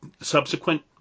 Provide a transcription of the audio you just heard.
subsequent